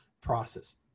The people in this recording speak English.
process